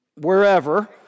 wherever